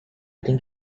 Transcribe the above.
think